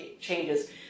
changes